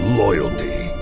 loyalty